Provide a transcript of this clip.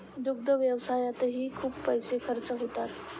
दुग्ध व्यवसायातही खूप पैसे खर्च होतात